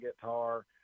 guitar